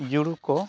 ᱡᱩᱲᱩᱠᱚ